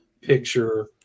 picture